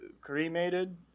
cremated